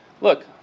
look